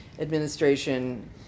administration